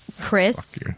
Chris